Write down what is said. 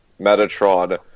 Metatron